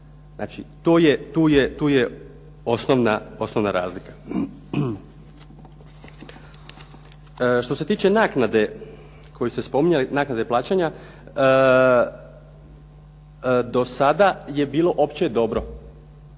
tu je osnovna razlika. Što se tiče naknade koju ste spominjali naknade plaćanja, do sada je bilo opće dobro,